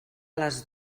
les